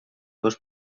dos